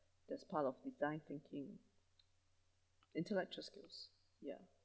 that's part of design thinking intellectual skills ya